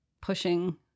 pushing